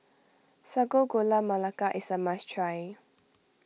Sago Gula Melaka is a must try